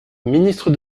ministre